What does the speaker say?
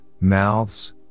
mouths